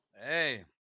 hey